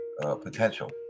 potential